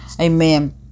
Amen